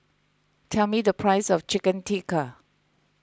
tell me the price of Chicken Tikka